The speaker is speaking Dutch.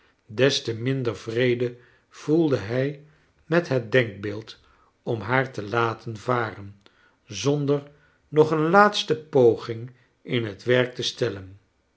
des te minder vrede voelde hij met het denkbeeldj om haar te laten varen zonder nog een laatste poging in het werk te stellen